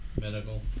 Medical